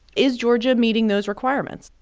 is georgia meeting those requirements?